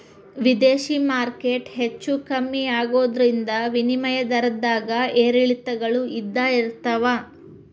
ವಿದೇಶಿ ಮಾರ್ಕೆಟ್ ಹೆಚ್ಚೂ ಕಮ್ಮಿ ಆಗೋದ್ರಿಂದ ವಿನಿಮಯ ದರದ್ದಾಗ ಏರಿಳಿತಗಳು ಇದ್ದ ಇರ್ತಾವ